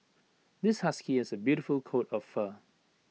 this husky has A beautiful coat of fur